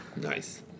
Nice